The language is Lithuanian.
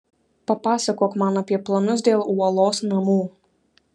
papasakok man apie planus dėl uolos namų